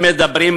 הם מדברים,